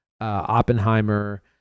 oppenheimer